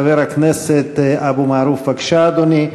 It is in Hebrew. חבר הכנסת אבו מערוף, בבקשה, אדוני.